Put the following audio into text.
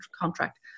contract